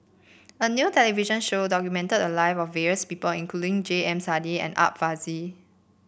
a new television show documented the live of various people including J M Sali and Art Fazil